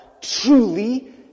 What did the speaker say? truly